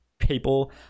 People